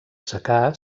secà